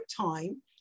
time